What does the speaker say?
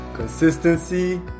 consistency